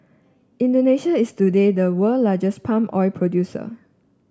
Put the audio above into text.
Indonesia is today the world largest palm oil producer